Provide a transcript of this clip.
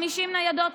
50 ניידות,